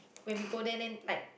when we go there then like